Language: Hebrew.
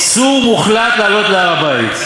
איסור מוחלט לעלות להר-הבית.